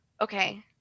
okay